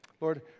Lord